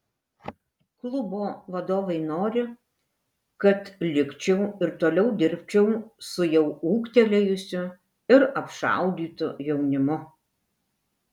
klubo vadovai nori kad likčiau ir toliau dirbčiau su jau ūgtelėjusiu ir apšaudytu jaunimu